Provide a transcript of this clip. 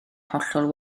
hollol